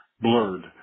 blurred